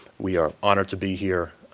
we are honored to be here.